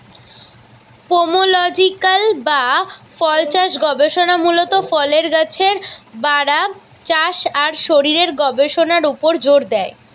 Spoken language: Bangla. পোমোলজিক্যাল বা ফলচাষ গবেষণা মূলত ফলের গাছের বাড়া, চাষ আর শরীরের গবেষণার উপর জোর দেয়